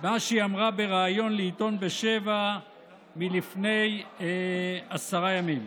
מה שאמרה בריאיון לעיתון בשבע לפני עשרה ימים.